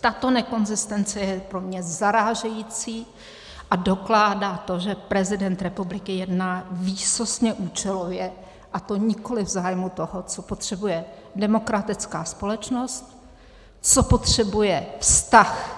Tato nekonzistence je pro mě zarážející a dokládá to, že prezident republiky jedná výsostně účelově, a to nikoliv v zájmu toho, co potřebuje demokratická společnost, co potřebuje vztah